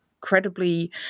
incredibly